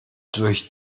durch